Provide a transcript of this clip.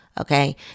Okay